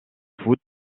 foot